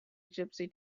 gypsy